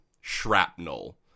shrapnel